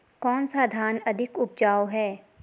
कौन सा धान अधिक उपजाऊ है?